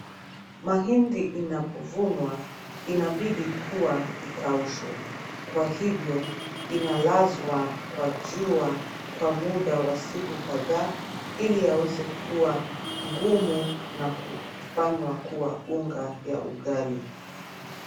Mahindi inapovunwa inabidi kuwa ikaushwe, kwa hivyo inalazwa kwa jua kwa muda wa siku kadhaa ili yaweze kuwa ngumu na kufanywa kuwa unga ya ugali.